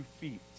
feet